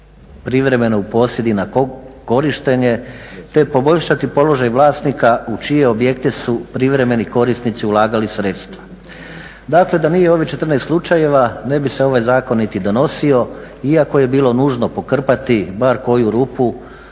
privremeno u posjed i na korištenje te poboljšati položaj vlasnika u čije objekte su privremeni korisnici ulagali sredstva. Dakle, da nije ovih 14 slučajeva ne bi se ovaj zakon niti donosio iako je bilo nužno pokrpati bar koju rupu